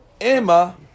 Emma